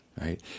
right